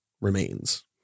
remains